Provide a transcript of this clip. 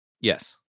Yes